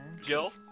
Jill